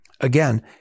Again